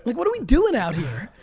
like what are we doing out here?